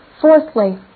Fourthly